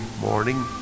morning